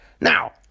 Now